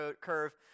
curve